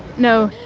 no,